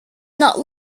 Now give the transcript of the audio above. not